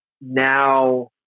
now